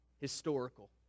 historical